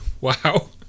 Wow